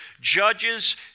Judges